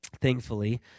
thankfully